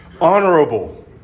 honorable